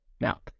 Now